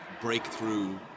breakthrough